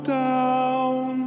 down